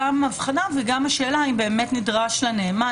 גם הבחנה וגם השאלה היא האם באמת נדרש לנאמן